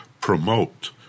promote